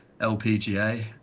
LPGA